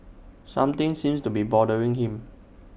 something seems to be bothering him